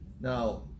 now